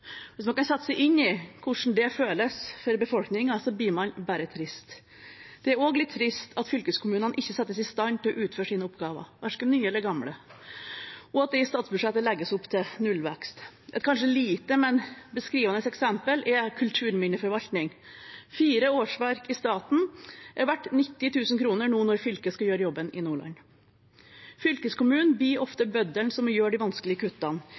Hvis man kan sette seg inn i hvordan det føles for befolkningen, blir man bare trist. Det er også litt trist at fylkeskommunene ikke settes i stand til å utføre sine oppgaver, verken nye eller gamle, og at det i statsbudsjettet legges opp til nullvekst. Et kanskje lite, men beskrivende eksempel er kulturminneforvaltning. Fire årsverk i staten er verdt 90 000 kr nå når fylket skal gjøre jobben i Nordland. Fylkeskommunen blir ofte bøddelen som må gjøre de vanskelige kuttene,